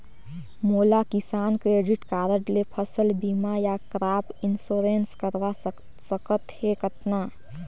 मोला किसान credit card ले फसल बीमा या क्रॉप इंश्योरेंस करवा सकथ हे कतना?